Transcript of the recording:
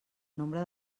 nombre